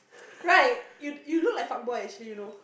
right you you look like fuck boy actually you know